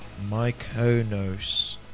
Mykonos